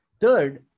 Third